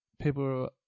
people